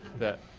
that